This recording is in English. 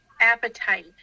appetite